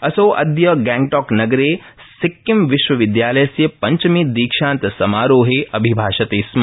असौ अदय गंगटॉक नगरे सिक्किम विश्वविदयालयस्य स्ञ्चमे दीक्षांत समारोहे अभिभाषते स्म